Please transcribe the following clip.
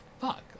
fuck